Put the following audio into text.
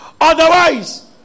Otherwise